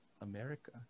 America